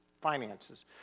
finances